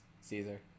Caesar